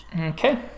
Okay